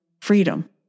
freedom